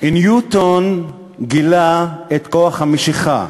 ניוטון גילה את כוח המשיכה,